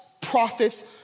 prophets